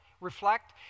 Reflect